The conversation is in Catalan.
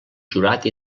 jurat